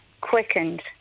quickened